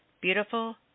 beautiful